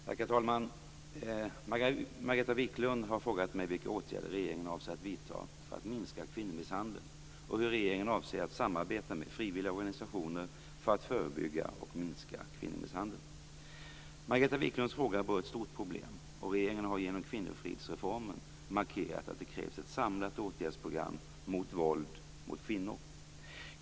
Herr talman! Margareta Viklund har frågat mig vilka åtgärder regeringen avser att vidta för att minska kvinnomisshandeln och hur regeringen avser att samarbeta med frivilliga organisationer för att förebygga och minska kvinnomisshandeln. Margareta Viklunds fråga berör ett stort problem, och regeringen har genom kvinnofridsreformen markerat att det krävs ett samlat åtgärdsprogram mot våld mot kvinnor.